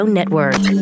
Network